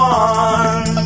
one